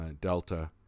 Delta